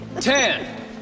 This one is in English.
ten